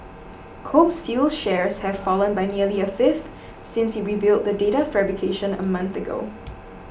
Kobe Steel's shares have fallen by nearly a fifth since it revealed the data fabrication a month ago